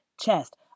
chest